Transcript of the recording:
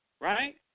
right